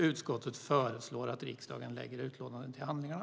Utskottet föreslår att riksdagen lägger utlåtandet till handlingarna.